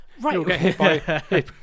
Right